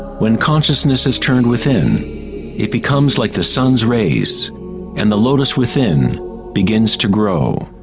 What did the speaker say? when consciousness is turned within it becomes like the sun's rays and the lotus within begins to grow.